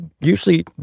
usually